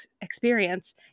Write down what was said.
experience